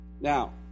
Now